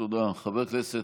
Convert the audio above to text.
חבר הכנסת,